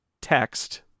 text